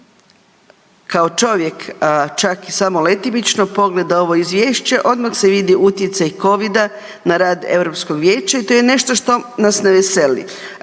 Kao čovjek, čak samo letimično, pogled ovo Izvješće, odmah se vidi utjecaj Covida na rad EU vijeća i to je nešto što nas ne veseli.